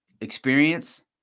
experience